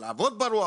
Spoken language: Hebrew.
על לעבוד ברוח,